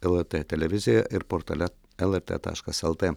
lrt televiziją ir portale lrt taškas lt